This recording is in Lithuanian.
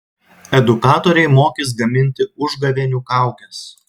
edukatoriai mokys gaminti užgavėnių kaukes